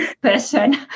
person